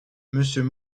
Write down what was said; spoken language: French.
monsieur